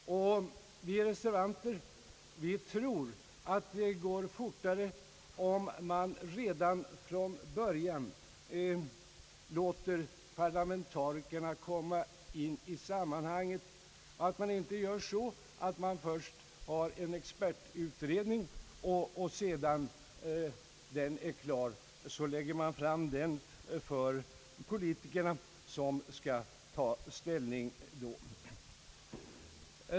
Vi reservanter tror att det går fortare, om man redan från början låter parlamentarikerna komma in i sammanhanget och inte gör så att man först har en expertutredning och sedan, när den är klar, lägger fram den för parlamentarikerna som då skall ta ställning.